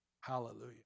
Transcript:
Hallelujah